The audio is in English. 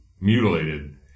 mutilated